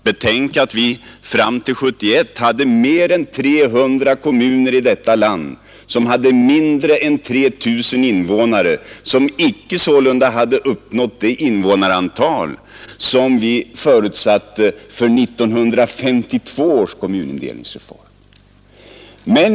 Betänk att vi fram till 1971 i detta land hade mer än 300 kommuner med mindre än 3000 invånare som alltså inte hade uppnått det invånarantal som förutsattes vid 1952 kommunindelningsreform.